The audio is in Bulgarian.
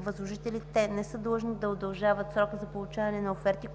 възложителите не са длъжни да удължат срока за получаване на оферти,